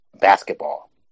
basketball